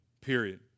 Period